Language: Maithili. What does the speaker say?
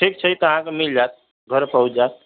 ठीक छै तऽ अहाँके मिल जायत घरे पहुँच जायत